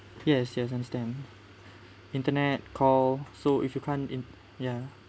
yes yes understand internet call so if you can't in ya